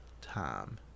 time